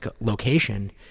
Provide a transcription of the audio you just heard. location